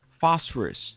Phosphorus